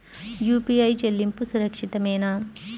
UPI చెల్లింపు సురక్షితమేనా?